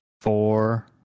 four